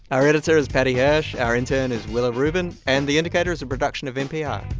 our editor is paddy hirsch. our intern is willa rubin. and the indicator is a production of npr